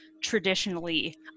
traditionally